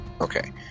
Okay